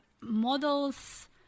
models